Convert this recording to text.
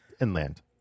inland